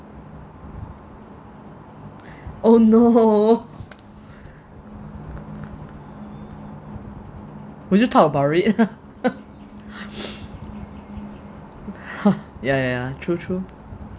oh no would you talk about it ya ya ya true true